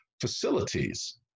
Facilities